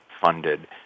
funded